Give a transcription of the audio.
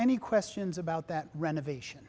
any questions about that renovation